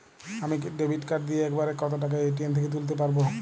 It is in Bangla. আমি ডেবিট কার্ড দিয়ে এক বারে কত টাকা এ.টি.এম থেকে তুলতে পারবো?